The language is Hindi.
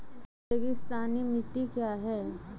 रेगिस्तानी मिट्टी क्या है?